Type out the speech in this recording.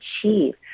achieve